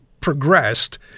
progressed